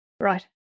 Right